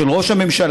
של ראש הממשלה,